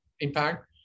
Impact